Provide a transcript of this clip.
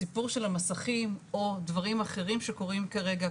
הסיפור של המסכים או דברים אחרים שקורים כרגע,